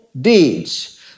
deeds